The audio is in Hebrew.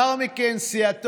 חוץ מאירוע